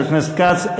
חבר הכנסת כץ.